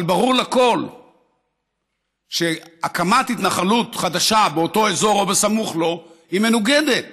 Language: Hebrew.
אבל ברור לכול שהקמת התנחלות חדשה באותו אזור או בסמוך לו היא מנוגדת